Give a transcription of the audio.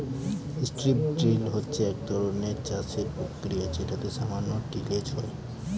strip drill হচ্ছে এক ধরনের চাষের প্রক্রিয়া যেটাতে সামান্য টিলেজ হয়